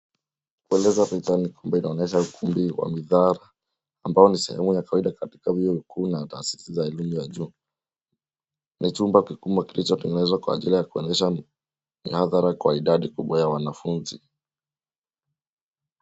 Kueleza picha ni kwamba inaonyesha ukumbi wa mihadhara ambayo ni sehemu ya kawaida katika vyuo vikuu na taasisi ya elimu ya juu. Ni chumba kikubwa kilichotengenezwa kwa ajili ya kuendesha mihadhara kwa idadi kubwa ya wanafunzi.